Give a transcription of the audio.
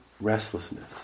restlessness